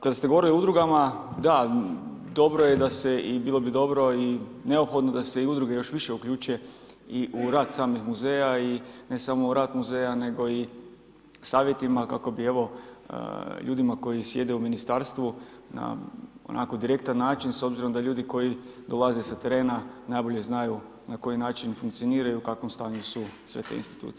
Kada ste govorili o udrugama, da dobro je da se i bilo bi dobro i neophodno da se i udruge još više uključe u rad samih muzeja i ne samo u rad muzeja nego i savjetima kako bi ljudima koji sjede u ministarstvu na onako direktan način s obzirom da ljudi koji dolaze sa terena najbolje znaju na koji način funkcioniraju i u kakvom stanju su sve te institucije.